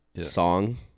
song